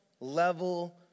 level